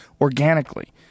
organically